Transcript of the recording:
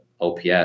ops